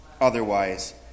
otherwise